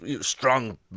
strong